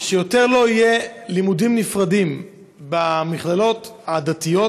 שיותר לא יהיו לימודים נפרדים במכללות הדתיות